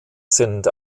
sind